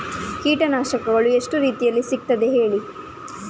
ಕೀಟನಾಶಕಗಳು ಎಷ್ಟು ರೀತಿಯಲ್ಲಿ ಸಿಗ್ತದ ಹೇಳಿ